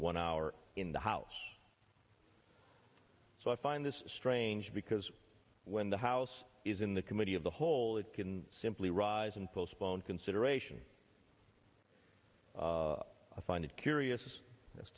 one hour in the house so i find this strange because when the house is in the committee of the whole it can simply rise and postpone consideration i find it curious as